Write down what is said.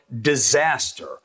disaster